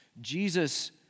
Jesus